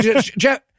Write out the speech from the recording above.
Jeff